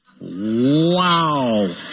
wow